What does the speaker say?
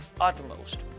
utmost